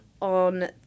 on